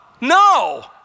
no